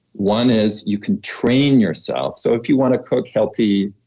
one is you can train yourself. so if you want to cook healthy,